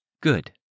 Good